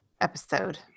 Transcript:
episode